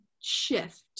shift